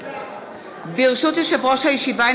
ברשות יושב-ראש הישיבה,